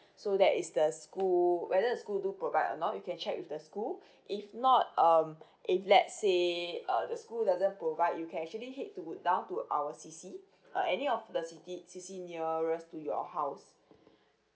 so that is the school whether the school do provide or not you can check with the school if not um if let's say uh the school doesn't provide you can actually head to down to our C_C uh any of the city C_C nearest to your house